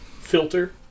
filter